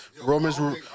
Roman's